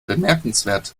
bemerkenswert